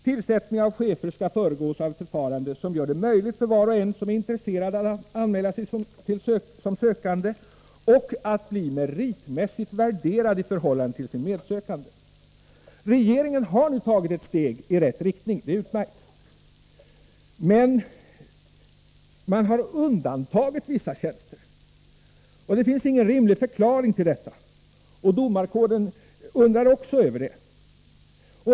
Tillsättningen av chefer skall föregås av ett förfarande som gör det möjligt för var och en som är intresserad att anmäla sig som sökande och att bli meritmässigt värderad i förhållande till sina medsökande. Regeringen har nu tagit ett steg i rätt riktning, och det är utmärkt. Men man har undantagit vissa tjänster. Det finns ingen rimlig förklaring till detta. Också domarkåren undrar över det.